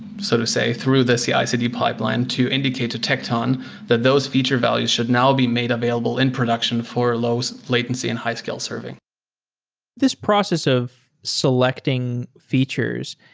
so to say, through the ah cicd pipeline to indicate to tecton that those feature values should now be made available in production for low so latency and high scale serving this process of selecting features,